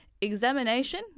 Examination